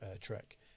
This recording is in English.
trek